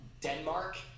Denmark